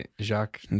Jacques